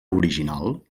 original